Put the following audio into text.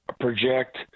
project